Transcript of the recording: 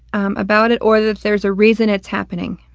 um about it, or that there's a reason it's happening,